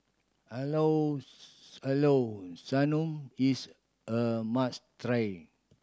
llao llao sanum is a must try